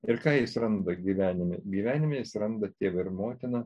ir ką jis randa gyvenime gyvenime jis randa tėvą per motiną